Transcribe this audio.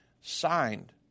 signed